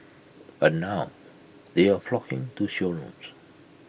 but now they are flocking to showrooms